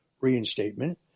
reinstatement